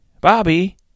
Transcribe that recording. Bobby